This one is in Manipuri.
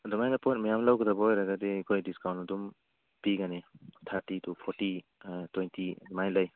ꯑꯗꯨꯃꯥꯏꯅ ꯄꯣꯠ ꯃꯌꯥꯝ ꯂꯧꯒꯗꯕ ꯑꯣꯏꯔꯒꯗꯤ ꯑꯩꯈꯣꯏ ꯗꯤꯁꯀꯥꯎꯟ ꯑꯗꯨꯝ ꯄꯤꯒꯅꯤ ꯊꯥꯔꯇꯤ ꯇꯨ ꯐꯣꯔꯇꯤ ꯇ꯭ꯋꯦꯟꯇꯤ ꯑꯗꯨꯃꯥꯏꯅ ꯂꯩ